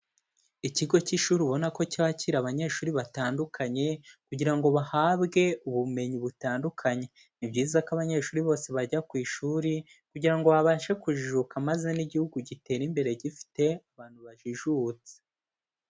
Ikigo cy'ishuri ubona ko cyakira abanyeshuri batandukanye kugira ngo bahabwe ubumenyi butandukanye, ni byiza ko abanyeshuri bose bajya ku ishuri kugira ngo babashe kujijuka maze n'igihugu gitere imbere gifite abantu bajijutse.